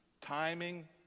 Timing